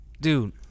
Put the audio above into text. dude